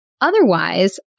Otherwise